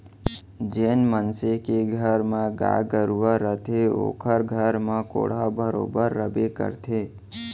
जेन मनसे के घर म गाय गरूवा रथे ओकर घर म कोंढ़ा बरोबर रइबे करथे